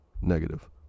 negative